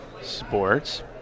Sports